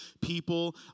people